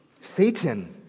Satan